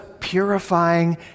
purifying